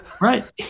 Right